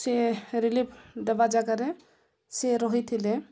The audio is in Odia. ସିଏ ରିଲିଫ୍ ଦେବା ଜାଗାରେ ସିଏ ରହିଥିଲେ